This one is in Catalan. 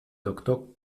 doctor